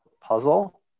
puzzle